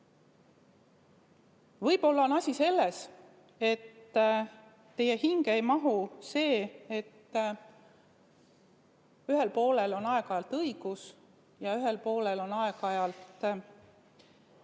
Võib-olla on asi selles, et teie hinge ei mahu see, et ühel poolel on aeg-ajalt õigus ja teine pool aeg-ajalt